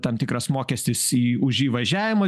tam tikras mokestis į už įvažiavimą